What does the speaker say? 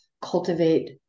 cultivate